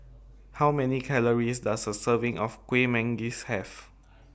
How Many Calories Does A Serving of Kueh Manggis Have